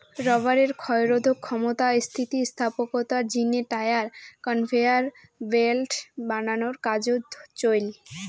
রবারের ক্ষয়রোধক ক্ষমতা, স্থিতিস্থাপকতার জিনে টায়ার, কনভেয়ার ব্যাল্ট বানার কাজোত চইল